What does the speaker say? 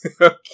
Okay